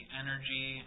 energy